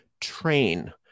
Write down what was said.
train